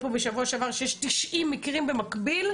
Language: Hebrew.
פה בשבוע שעבר שיש 90 מקרים במקביל,